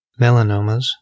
melanomas